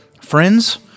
Friends